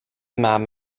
mam